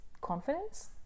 confidence